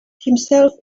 himself